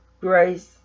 grace